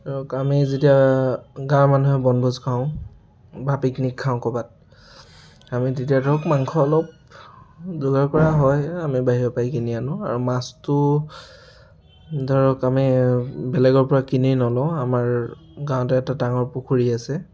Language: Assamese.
ধৰক আমি যেতিয়া গাঁৱৰ মানুহে বনভোজ খাওঁ বা পিকনিক খাওঁ ক'ৰবাত আমি তেতিয়া ধৰক মাংস অলপ যোগাৰ কৰা হয় আমি বাহিৰৰ পৰাই কিনি আনো আৰু মাছটো ধৰক আমি বেলেগৰ পৰা কিনি নলওঁ আমাৰ গাঁৱতে এটা ডাঙৰ পুখুৰী আছে